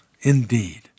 Indeed